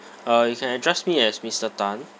uh you can address me as mister tan